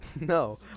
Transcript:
No